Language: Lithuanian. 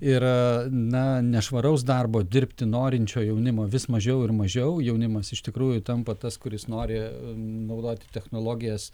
yra na nešvaraus darbo dirbti norinčio jaunimo vis mažiau ir mažiau jaunimas iš tikrųjų tampa tas kuris nori naudoti technologijas